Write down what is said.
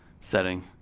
setting